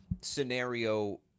scenario